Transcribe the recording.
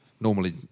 normally